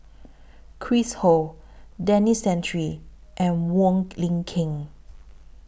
Chris Ho Denis Santry and Wong Lin Ken